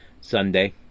Sunday